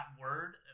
word